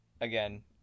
Again